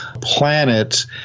planet